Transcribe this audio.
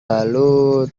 lalu